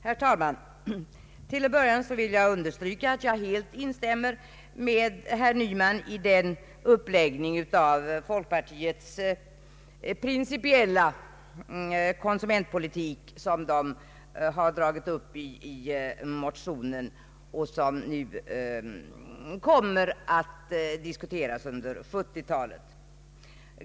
Herr talman! Till att börja med vill jag understryka att jag helt instämmer med herr Nyman i hans principiella uppläggning av folkpartiets konsumentpolitik, sådan den nu utvecklats i våra motioner och som den kommer att diskuteras under 1970-talet.